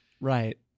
Right